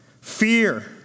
Fear